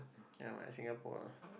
ya lah Singapore lah